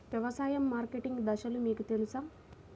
వ్యవసాయ మార్కెటింగ్ దశలు మీకు తెలుసా?